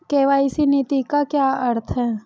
KYC नीति का क्या अर्थ है?